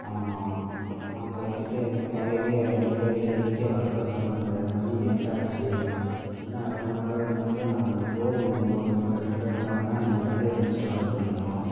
ஆமாம் அங்கே இருந்து எனக்கு காலையிலேயே வந்துட்றதா ஏழு மணிக்கே வரதா சொன்னாங்க மணி எட்டு ஆச்சு இன்னும் அரை மணி நேரத்தில் நான் அங்கே போகணும் ஒன்போது ஒன்போதரைக்குள்ள போனால் தான் எனக்கு வேலையை முடிச்சுட்டு வர முடியும்